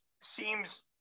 seems